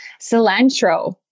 Cilantro